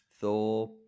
Thor